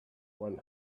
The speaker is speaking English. one